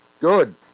good